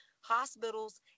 hospitals